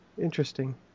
Interesting